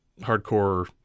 hardcore